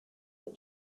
that